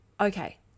okay